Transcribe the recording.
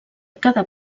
cada